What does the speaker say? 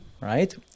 right